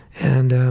and